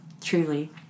truly